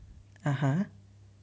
(uh huh)